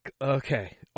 Okay